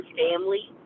family